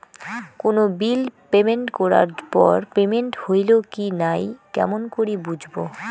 কোনো bill payment করার পর পেমেন্ট হইল কি নাই কেমন করি বুঝবো?